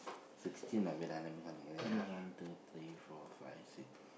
sixteen wait let me count again one two three four five six